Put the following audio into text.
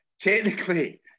technically